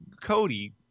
Cody